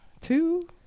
two